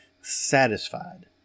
satisfied